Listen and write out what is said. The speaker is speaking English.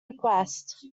request